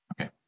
Okay